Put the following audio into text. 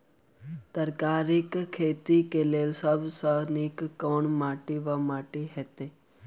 तरकारीक खेती केँ लेल सब सऽ नीक केँ माटि वा माटि हेतै?